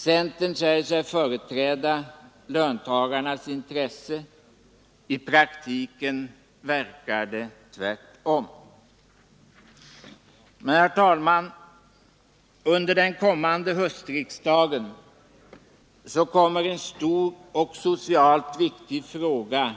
Centern säger sig företräda löntagarnas intressen. I praktiken verkar det förhålla sig tvärtom. Under den kommande höstriksdagen kommer en stor och socialt viktig fråga,